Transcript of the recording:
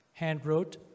handwrote